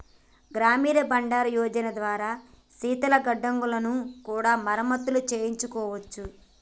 గ్రామీణ బండారన్ యోజన ద్వారా శీతల గిడ్డంగులను కూడా మరమత్తులు చేయించుకోవచ్చు